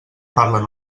parlen